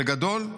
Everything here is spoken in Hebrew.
בגדול,